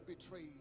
betrayed